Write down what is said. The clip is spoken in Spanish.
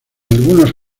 algunos